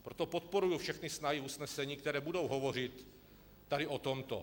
Proto podporuji všechny snahy a usnesení, které budou hovořit o tomto.